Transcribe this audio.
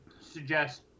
suggest